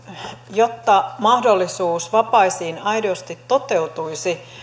jotta mahdollisuus vapaisiin aidosti toteutuisi